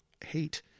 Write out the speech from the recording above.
hate